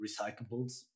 recyclables